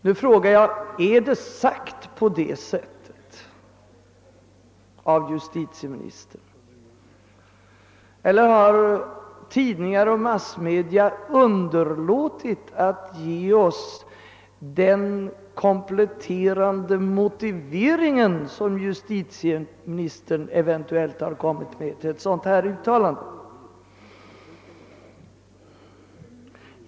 Nu frågar jag: Har justitieministern uttryckt sig på det sättet eller har massmedia underlåtit att ge oss den kompletterande motivering som justitieministern eventuellt har kommit med till sitt uttalande?